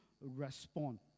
respond